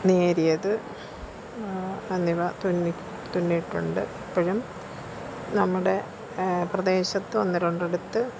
നേരിയത് എന്നിവ തുന്നി തുന്നിയിട്ടുണ്ട് ഇപ്പോഴും നമ്മുടെ പ്രദേശത്ത് ഒന്നുരണ്ടിടത്ത്